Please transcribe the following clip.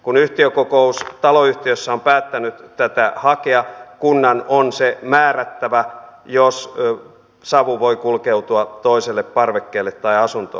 kun yhtiökokous taloyhtiössä on päättänyt tätä hakea kunnan on se määrättävä jos savu voi kulkeutua toiselle parvekkeelle tai asuntoon